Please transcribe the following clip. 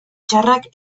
txarrak